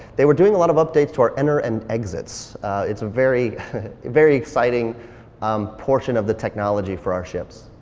they were doing a lot of updates to our enter and exists. it's a very very exciting um portion of the technology for our ships.